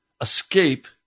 escape